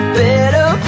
better